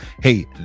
hey